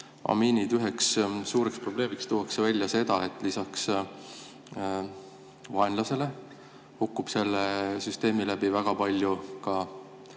Ühe suure probleemina tuuakse välja seda, et lisaks vaenlasele hukkub selle süsteemi läbi väga palju ka